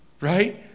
Right